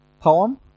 poem